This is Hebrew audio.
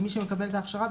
למי שמקבל את ההכשרה,